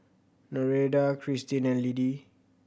Nereida Kristin and Liddie